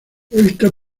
esta